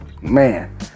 Man